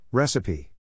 Recipe